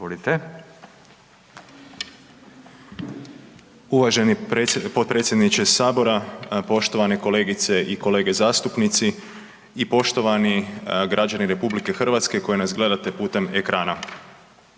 Uvaženi potpredsjedniče sabora, poštovane kolegice i kolege zastupnici i poštovani građani RH koji nas gledate putem ekrana.